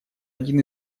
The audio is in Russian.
один